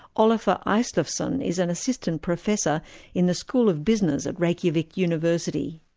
olafur isleifsson is an assistant professor in the school of business at reykjavik university.